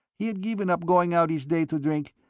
he had given up going out each day to drink,